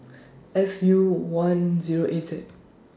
F U one Zero eight Z